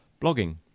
blogging